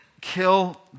kill